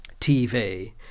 TV